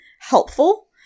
helpful